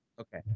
Okay